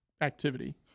activity